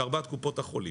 בארבעת קופות החולים.